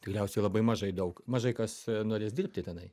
galiausiai labai mažai daug mažai kas norės dirbti tenai